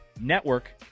network